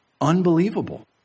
unbelievable